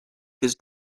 his